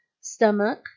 stomach